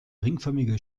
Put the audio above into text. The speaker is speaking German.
ringförmige